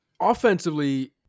Offensively